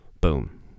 boom